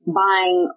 buying